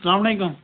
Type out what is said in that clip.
السَلام علیکُم